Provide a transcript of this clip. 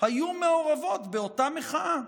היו מעורבות באותה מחאה.